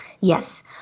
Yes